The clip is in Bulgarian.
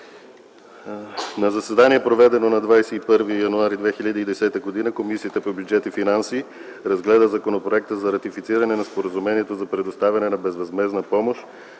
„На заседание, проведено на 21 януари 2010 г., Комисията по бюджет и финанси разгледа Законопроекта за ратифициране на Споразумението за предоставяне на безвъзмездна помощ